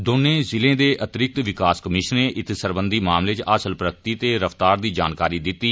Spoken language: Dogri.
दौनें ज़िले दे अतिरिक्त विकास कमीश्नरें इत सरबंधी मामलें च हासल प्रगति ते रफ्तार दी जानकारी दित्ती